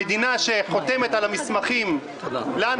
המדינה שחותמת על המסמכים עבורנו,